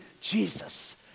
Jesus